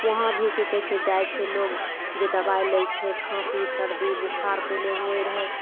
वहाँ भी कि कहय छै जाइ छै लोग जे दवाइ लै छै खाँसी सर्दी बोखार पहिले हुवै रहय